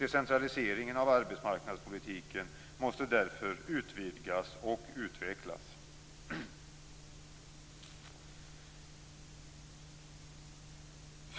Decentraliseringen av arbetsmarknadspolitiken måste därför utvidgas och utvecklas.